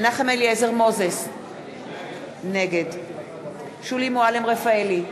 מנחם אליעזר מוזס, נגד שולי מועלם-רפאלי,